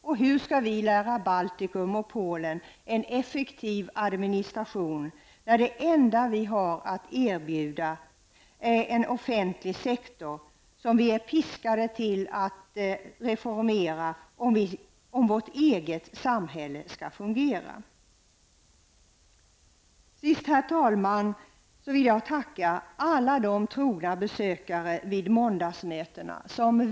Och hur skall vi kunna vidareförmedla en effektiv administration till människorna i Baltikum och Polen när det enda vi har att erbjuda är en offentlig sektor som vi är piskade att reformera för att vårt eget samhälle skall fungera? Till sist, herr talman, vill jag rikta ett tack till alla trogna som besöker måndagsmötena.